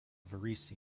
varese